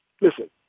listen